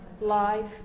life